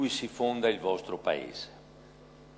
אשר היו בסיס להקמת מדינה זו.